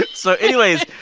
so anyways,